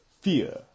Fear